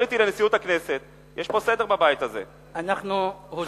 היתה הפרעה סיסטמטית מהתחלת הנאום ועד סופו,